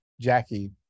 Jackie